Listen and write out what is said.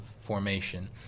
formation